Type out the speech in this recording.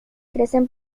crecen